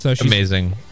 Amazing